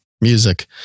music